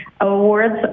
Awards